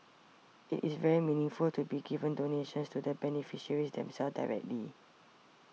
it is very meaningful to be giving donations to the beneficiaries themselves directly